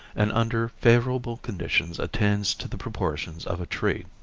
and under favorable conditions attains to the proportions of a tree.